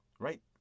Right